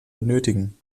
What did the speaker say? benötigen